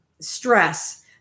stress